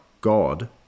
God